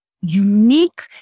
unique